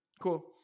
Cool